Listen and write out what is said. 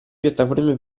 piattaforme